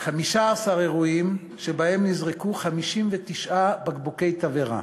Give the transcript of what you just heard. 15 אירועים שבהם נזרקו 59 בקבוקי תבערה,